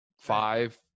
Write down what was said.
five